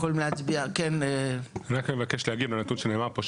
אני רק מבקש להגיב על הנתון שנאמר פה,